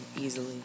easily